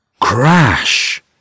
Crash